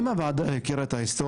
כל האדמות הפרטיות צריכות להיות בסמכות